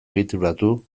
egituratu